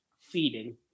feeding